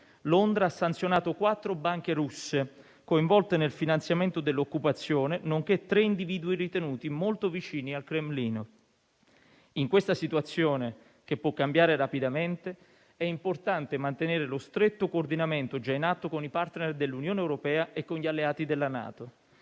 Londra ha sanzionato quattro banche russe coinvolte nel finanziamento dell'occupazione, nonché tre individui ritenuti molto vicini al Cremlino. In questa situazione, che può cambiare rapidamente, è importante mantenere lo stretto coordinamento già in atto con i *partner* dell'Unione europea e con gli alleati della NATO.